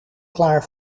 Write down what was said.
klaar